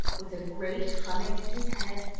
with a great humming in his head,